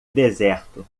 deserto